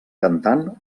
cantant